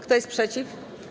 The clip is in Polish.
Kto jest przeciw?